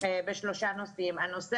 זה